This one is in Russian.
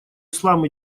ислам